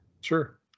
Sure